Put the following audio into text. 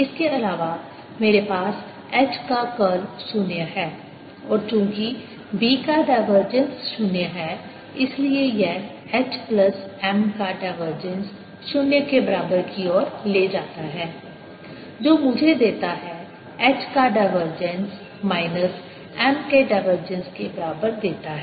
इसके अलावा मेरे पास H का कर्ल शून्य है और चूंकि B का डायवर्जेंस शून्य है इसलिए यह H प्लस M का डायवर्जेंस शून्य के बराबर की ओर ले जाता है जो मुझे देता है H का डायवर्जेंस माइनस M के डायवर्जेंस के बराबर देता है